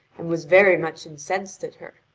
and was very much incensed at her.